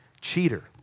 cheater